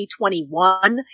2021